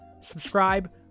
subscribe